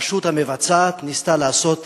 הרשות המבצעת ניסתה לעשות